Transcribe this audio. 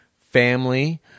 family